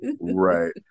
right